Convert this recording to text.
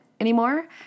anymore